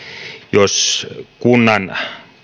jos kunnan